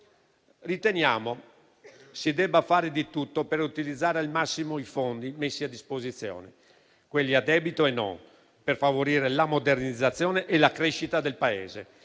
Riteniamo si debba fare di tutto per utilizzare al massimo i fondi messi a disposizione, quelli a debito e non, per favorire la modernizzazione e la crescita del Paese.